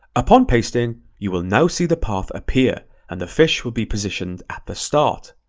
upon pasting, you will now see the path appear, and the fish will be positioned at the start.